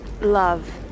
love